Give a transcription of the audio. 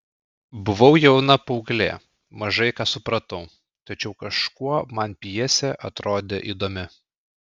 buvau jauna paauglė mažai ką supratau tačiau kažkuo man pjesė atrodė įdomi